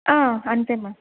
అంతే మ్యామ్